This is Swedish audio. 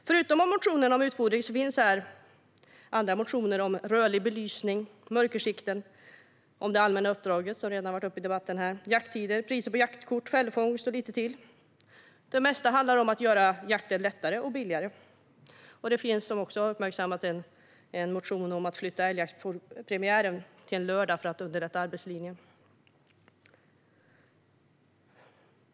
Förutom motioner om utfodring finns motioner om rörlig belysning, mörkersikten, det allmänna uppdraget, som redan har varit uppe i debatten här, jakttider, priser på jaktkort, följdfångst och lite till. Det mesta handlar om att göra jakten lättare och billigare. Det finns, som också har uppmärksammats, en motion om att flytta älgjaktspremiären till en lördag för att underlätta arbetslinjen.